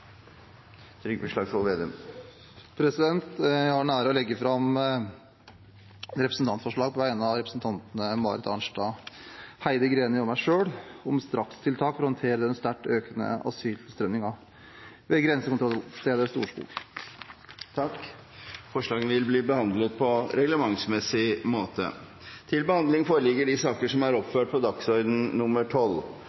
Trygve Slagsvold Vedum vil fremsette et representantforslag. Jeg har den ære å sette fram et representantforslag på vegne av representantene Marit Arnstad, Heidi Greni og meg selv om strakstiltak for å håndtere den sterkt økende asyltilstrømningen ved grensekontrollstedet Storskog. Forslaget vil bli behandlet på reglementsmessig måte. Før sakene på dagens kart tas opp til behandling,